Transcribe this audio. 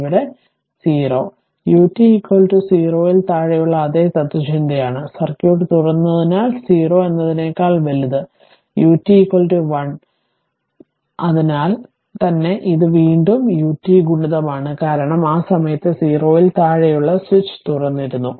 ഇവിടെ 0 ut 0 ൽ താഴെയുള്ള അതേ തത്ത്വചിന്തയാണ് സർക്യൂട്ട് തുറന്നതിനാൽ 0 എന്നതിനേക്കാൾ വലുത് ut 1 അതിനാൽ തന്നെ ഇത് വീണ്ടും ut ഗുണിതമാണ് കാരണം ആ സമയത്ത് 0 ൽ താഴെയുള്ള സ്വിച്ച് തുറന്നിരുന്നു